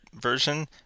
version